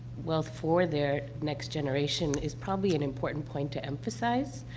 wealth for their next generation is probably an important point to emphasize.